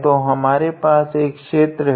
तो हमारे पास एक क्षेत्र है